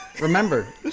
Remember